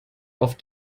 auf